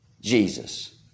Jesus